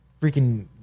freaking